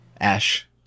Ash